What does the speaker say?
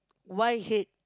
why head